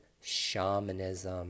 shamanism